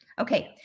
okay